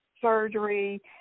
surgery